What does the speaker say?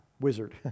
wizard